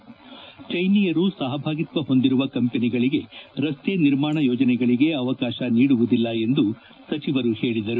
ಚ್ಛೆನೀಯರು ಸಹಭಾಗಿತ್ವ ಹೊಂದಿರುವ ಕಂಪನಿಗಳಿಗೆ ರಸ್ತೆ ನಿರ್ಮಾಣ ಯೋಜನೆಗಳಿಗೆ ಅವಕಾಶ ನೀಡುವುದಿಲ್ಲ ಎಂದು ಸಚಿವರು ಹೇಳಿದರು